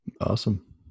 awesome